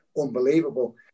unbelievable